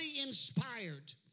inspired